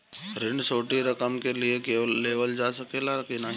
ऋण छोटी रकम के लिए लेवल जा सकेला की नाहीं?